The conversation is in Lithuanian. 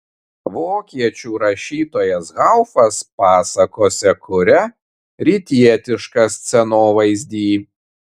vokiečių rašytojas haufas pasakose kuria rytietišką scenovaizdį